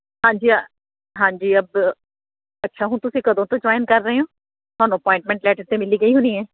ਹਾਂਜੀ ਆ ਹਾਂਜੀ ਅਬ ਅੱਛਾ ਹੁਣ ਤੁਸੀਂ ਕਦੋਂ ਤੋਂ ਜੁਆਇਨ ਕਰ ਰਹੇ ਹੋ ਤੁਹਾਨੂੰ ਅਪੁਆਇੰਟਮੈਂਟ ਲੈਟਰ ਤਾਂ ਮਿਲ ਹੀ ਗਈ ਹੋਣੀ ਆ